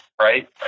right